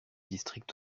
district